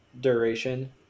Duration